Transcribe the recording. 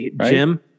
jim